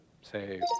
say